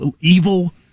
evil